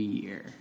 year